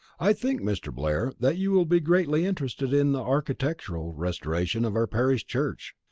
i think, mr. blair, that you will be greatly interested in the architectural restoration of our parish church.